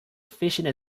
efficient